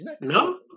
No